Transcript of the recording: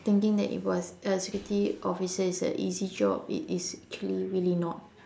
thinking that it was a security officer is a easy job it is actually really not